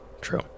True